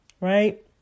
Right